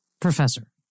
professor